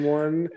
one